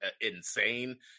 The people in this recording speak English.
insane